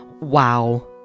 Wow